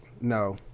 No